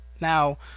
Now